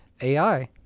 AI